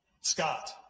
Scott